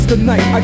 Tonight